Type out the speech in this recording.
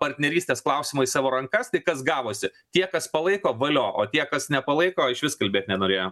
partnerystės klausimą į savo rankas tai kas gavosi tie kas palaiko valio o tie kas nepalaiko išvis kalbėt nenorėjo